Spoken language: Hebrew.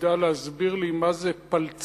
ידע להסביר לי מה זה פלצ"ם,